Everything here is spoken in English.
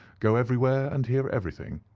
go everywhere and hear everything.